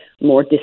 more